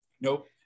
nope